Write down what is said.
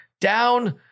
down